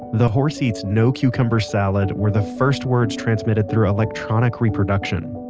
the horse eats no cucumber salad were the first words transmitted through electronic reproduction.